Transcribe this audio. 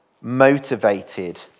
motivated